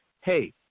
hey